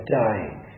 dying